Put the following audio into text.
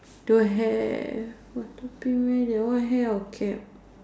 don't have that one hair or cap